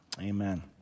Amen